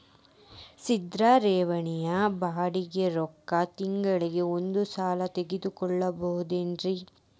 ಸ್ಥಿರ ಠೇವಣಿಯ ಬಡ್ಡಿ ರೊಕ್ಕ ತಿಂಗಳಿಗೆ ಒಂದು ಸಲ ತಗೊಬಹುದೆನ್ರಿ?